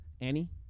Annie